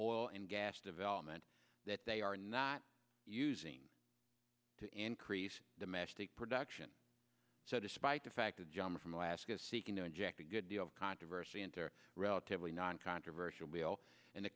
oil and gas development that they are not using to increase domestic production so despite the fact that john from alaska seeking to inject a good deal of controversy enter relatively noncontroversial bill and the